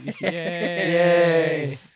Yay